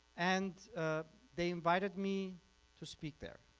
and they invited me to speak there.